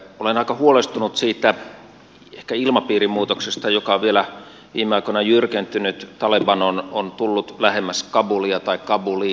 olen aika huolestunut siitä ehkä ilmapiirin muutoksesta joka on vielä viime aikoina jyrkentynyt taleban on tullut lähemmäs kabulia tai kabuliin